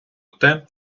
проте